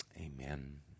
Amen